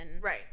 right